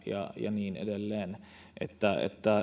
ja niin edelleen että